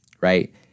right